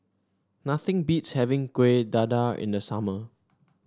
nothing beats having Kuih Dadar in the summer